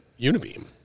unibeam